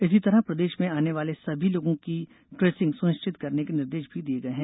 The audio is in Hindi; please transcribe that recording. इसी तरह प्रदेश में आने वाले सभी लोगों की ट्रेसिंग सुनिश्चित करने के निर्देश भी दिए गए हैं